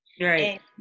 Right